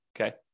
Okay